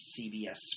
CBS